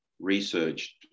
researched